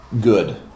good